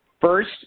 First